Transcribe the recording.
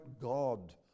God